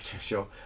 Sure